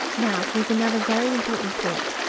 now, here's another very important point.